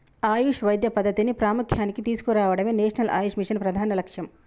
ఆయుష్ వైద్య పద్ధతిని ప్రాముఖ్య్యానికి తీసుకురావడమే నేషనల్ ఆయుష్ మిషన్ ప్రధాన లక్ష్యం